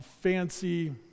fancy